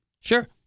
Sure